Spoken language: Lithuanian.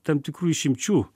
tam tikrų išimčių